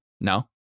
No